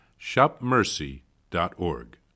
shopmercy.org